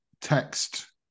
text